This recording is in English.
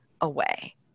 away